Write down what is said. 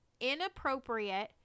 inappropriate